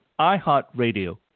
iHeartRadio